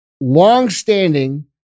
longstanding